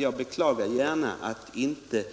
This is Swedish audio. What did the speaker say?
Jag beklagar som sagt att